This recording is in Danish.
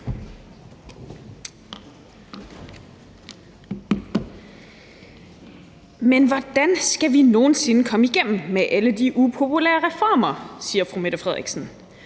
Men hvordan skal vi nogen sinde komme igennem med alle de upopulære reformer? siger fru Mette Frederiksen.